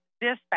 dispatch